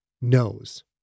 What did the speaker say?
knows